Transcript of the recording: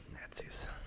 Nazis